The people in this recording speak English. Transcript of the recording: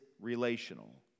relational